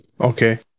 Okay